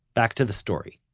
back to the story.